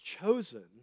chosen